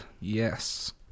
yes